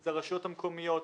זה הרשויות המקומיות,